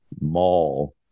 mall